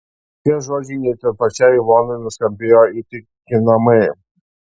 šie žodžiai net ir pačiai ivonai nuskambėjo įtikinamai